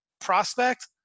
prospect